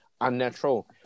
unnatural